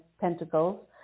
pentacles